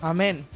Amen